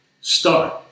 start